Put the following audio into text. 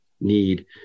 need